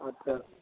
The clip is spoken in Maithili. अच्छा